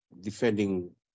defending